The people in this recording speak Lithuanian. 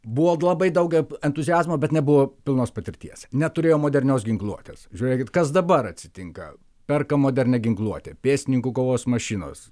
buvo labai daug entuziazmo bet nebuvo pilnos patirties neturėjom modernios ginkluotės žiūrėkit kas dabar atsitinka perka modernią ginkluotę pėstininkų kovos mašinos